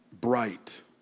bright